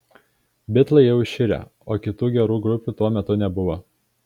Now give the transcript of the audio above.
bitlai jau iširę o kitų gerų grupių tuo metu nebuvo